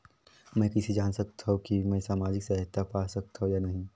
मै कइसे जान सकथव कि मैं समाजिक सहायता पा सकथव या नहीं?